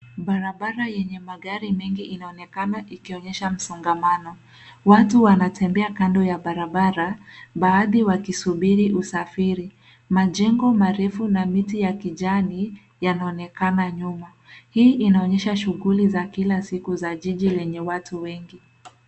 Barabara yenye magari mengi inaonekana ikionyesha msongamano. Watu wanatembea kando ya barabara baadhi wakisubiri usafiri. Majengo marefu na miti ya kijani yanaonekana nyuma. Hii inaonyesha shughuli za kila siku za jiji lenye watu wengi.